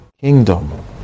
kingdom